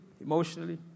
emotionally